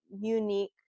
unique